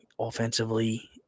offensively